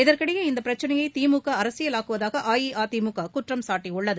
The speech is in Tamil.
இதற்கிடையே இந்தபிரச்சினையதிமுகஅரசியலாக்குவதாகஅஇஅதிமுககுற்றம் சாட்டியுள்ளது